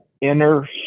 inner